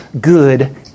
good